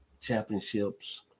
championships